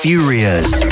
Furious